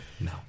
no